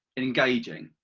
engaging.